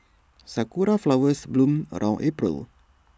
Sakura Flowers bloom around April